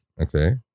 Okay